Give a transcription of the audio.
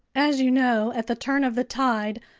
as you know, at the turn of the tide,